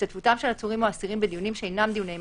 השתתפותם של עצורים או אסירים בדיונים שאינם דיוני מעצר,